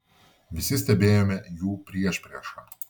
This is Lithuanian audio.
visi stebėjome jų priešpriešą